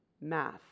math